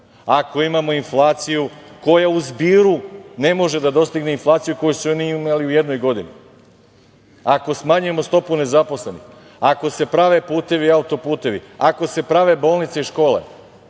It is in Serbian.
ako imamo inflaciju koja u zbiru ne može da dostigne inflaciju koju su oni imali u jednoj godini, ako smanjujemo stopu nezaposlenih, ako se prave putevi, auto-putevi, ako se prave bolnice i škole.